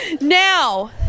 now